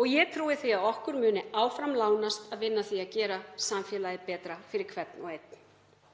Og ég trúi því að okkur muni áfram lánast að vinna að því að gera samfélagið betra fyrir hvern og einn.